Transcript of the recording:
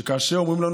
שכאשר אומרים לנו,